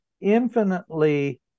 infinitely